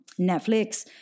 Netflix